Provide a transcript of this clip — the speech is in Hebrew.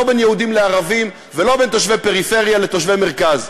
לא בין יהודים לערבים ולא בין תושבי פריפריה לתושבי מרכז.